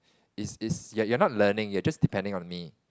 is is you you are not learning you are just depending on me